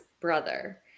brother